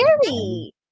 scary